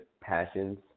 passions